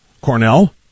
Cornell